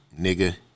nigga